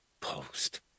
post